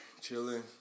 chilling